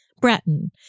Breton